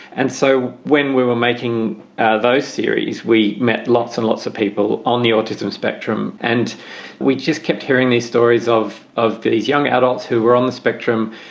and so when we were making ah those series, we met lots and lots of people on the autism spectrum and we just kept hearing these stories of of these young adults who were on the spectrum,